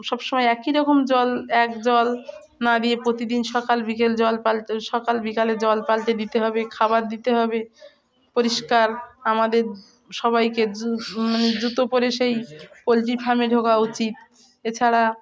সব সময় একই রকম জল এক জল না দিয়ে প্রতিদিন সকাল বিকেল জল পালটে সকাল বিকোলে জল পালটে দিতে হবে খাবার দিতে হবে পরিষ্কার আমাদের সবাইকে মানে জুতো পরে সেই পোলট্রি ফার্মে ঢোকা উচিত এছাড়া